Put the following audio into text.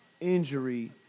injury